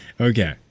Okay